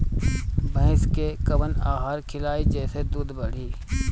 भइस के कवन आहार खिलाई जेसे दूध बढ़ी?